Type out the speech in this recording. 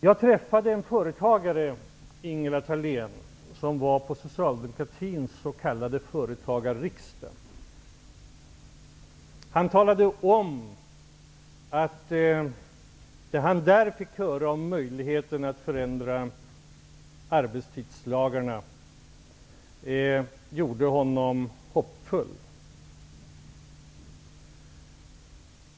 Jag träffade en företagare som var på Socialdemokraternas s.k. företagarriksdag. Han talade om att det han där fick höra om möjligheten att förändra arbetstidslagarna gjorde honom hoppfull.